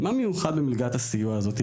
מה מיוחד במלגת הסיוע הזאת,